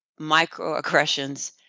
microaggressions